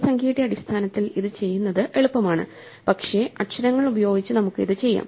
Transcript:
ഒരു സംഖ്യയുടെ അടിസ്ഥാനത്തിൽ ഇത് ചെയ്യുന്നത് എളുപ്പമാണ് പക്ഷേ അക്ഷരങ്ങൾ ഉപയോഗിച്ച് നമുക്ക് ഇത് ചെയ്യാം